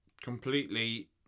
completely